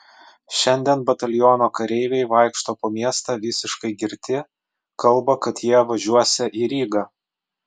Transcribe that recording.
šiandien bataliono kareiviai vaikšto po miestą visiškai girti kalba kad jie važiuosią į rygą